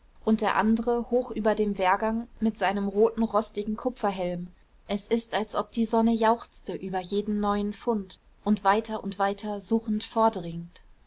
und der andere hoch über dem wehrgang mit seinem roten rostigen kupferhelm es ist als ob die sonne jauchzte über jeden neuen fund und weiter und weiter suchend vordringt